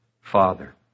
father